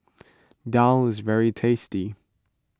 Daal is very tasty